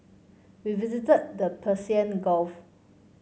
we visited the Persian Gulf